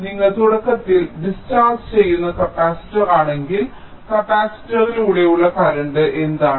നിങ്ങൾ തുടക്കത്തിൽ ഡിസ്ചാർജ് ചെയ്യുന്ന കപ്പാസിറ്റർ ആണെങ്കിൽ കപ്പാസിറ്ററിലൂടെയുള്ള കറന്റ് എന്താണ്